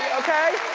okay?